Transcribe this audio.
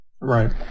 Right